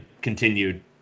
continued